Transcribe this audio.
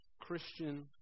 Christian